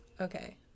Okay